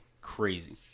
crazy